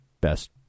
best